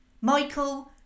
Michael